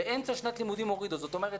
באמצע שנת לימודים הורידו, זאת אומרת,